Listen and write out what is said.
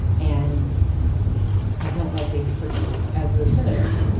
and i don't like david perdue as the senator.